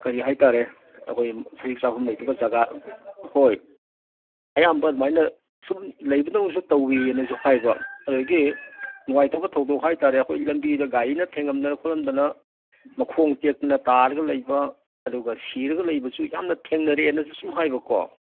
ꯀꯔꯤ ꯍꯥꯏꯇꯥꯔꯦ ꯑꯩꯈꯣꯏ ꯁꯖꯤꯛ ꯆꯥꯐꯝ ꯂꯩꯇꯕ ꯖꯒꯥ ꯍꯣꯏ ꯑꯌꯥꯝꯕ ꯑꯗꯨꯃꯥꯏꯅ ꯁꯨꯝ ꯂꯩꯕꯗꯧꯅꯁꯨ ꯇꯧꯋꯤꯅꯁꯨ ꯍꯥꯏꯕ ꯑꯗꯒꯤ ꯅꯨꯡꯉꯥꯏꯇꯕ ꯊꯧꯗꯣꯛ ꯍꯥꯏꯇꯥꯔꯦ ꯑꯩꯈꯣꯏ ꯂꯝꯕꯤꯗ ꯒꯥꯔꯤꯅ ꯊꯦꯉꯝꯗꯅ ꯈꯣꯠꯂꯝꯗꯅ ꯃꯈꯣꯡ ꯇꯦꯛꯇꯅ ꯇꯥꯔꯒ ꯂꯩꯕ ꯑꯗꯨꯒ ꯁꯤꯔꯒ ꯂꯩꯕꯁꯨ ꯌꯥꯝꯅ ꯊꯦꯡꯅꯔꯛꯑꯦꯅꯁꯨ ꯁꯨꯝ ꯍꯥꯏꯕꯀꯣ